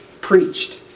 preached